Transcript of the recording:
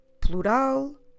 Plural